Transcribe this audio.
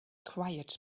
quiet